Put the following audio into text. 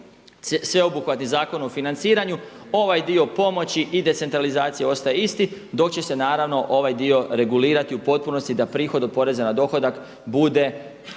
sveobuhvatni Zakon o financiranju ovaj dio pomoći ide centralizaciji i ostaje isti, dok će se ovaj dio regulirati u potpunosti da prihod od poreza na dohodak bude